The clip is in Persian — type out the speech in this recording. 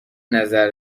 نظر